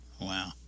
Wow